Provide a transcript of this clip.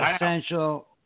essential